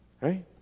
Right